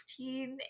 2016